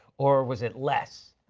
or was it less?